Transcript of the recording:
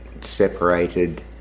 separated